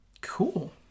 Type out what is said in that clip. Cool